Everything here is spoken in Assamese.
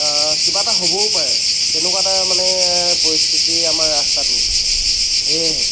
কিবা এটা হ'বও পাৰে তেনেকুৱা এটা মানে পৰিস্থিতি আমাৰ ৰাস্তাটোৰ সেয়েহে